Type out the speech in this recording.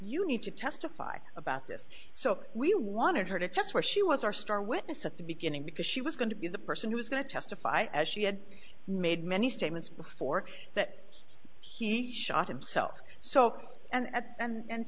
you need to testify about this so we wanted her to test where she was our star witness at the beginning because she was going to be the person who was going to testify as she had made many statements before that he shot himself so and and